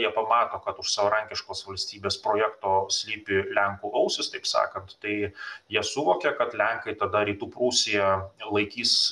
jie pamato kad už savarankiškos valstybės projekto slypi lenkų ausys taip sakant tai jie suvokė kad lenkai tada rytų prūsiją laikys